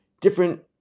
different